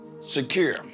secure